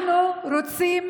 אנחנו רוצים